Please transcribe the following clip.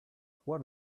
what